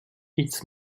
its